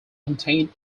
contain